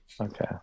okay